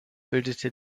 bildete